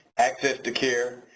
access to care,